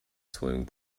swimming